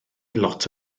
lot